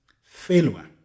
failure